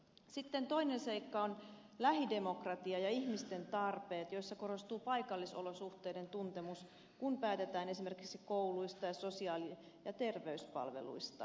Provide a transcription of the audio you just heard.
sitten toinen seikka ovat lähidemokratia ja ihmisten tarpeet joissa korostuu paikallisolosuhteiden tuntemus kun päätetään esimerkiksi kouluista ja sosiaali ja terveyspalveluista